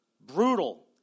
brutal